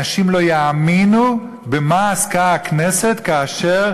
אנשים לא יאמינו במה עסקה הכנסת כאשר